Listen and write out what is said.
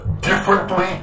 differently